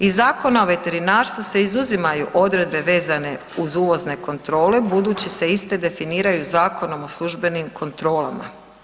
Iz Zakona o veterinarstvu se izuzimaju odredbe vezane uz uvozne kontrole, budući se iste definiraju Zakonom o službenim kontrolama.